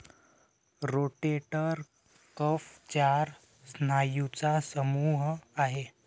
rotator cuff चार स्नायूंचा समूह आहे